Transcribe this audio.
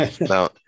Now